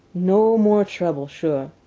no more trouble, sure.